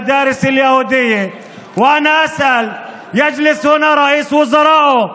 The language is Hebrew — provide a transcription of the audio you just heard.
זה שקר וכזב ודיבה.